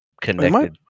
connected